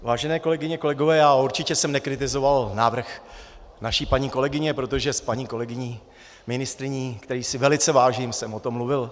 Vážené kolegyně, kolegové, určitě jsem nekritizoval návrh naší paní kolegyně, protože s paní kolegyní, ministryní, které si velice vážím, jsem o tom mluvil.